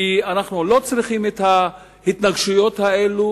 כי אנו לא צריכים את ההתנגשויות האלה,